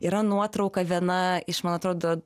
yra nuotrauka viena iš man atrodo